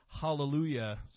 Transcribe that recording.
hallelujah